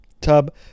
Tub